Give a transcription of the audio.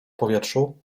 powietrzu